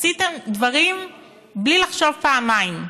עשיתם דברים בלי לחשוב פעמיים?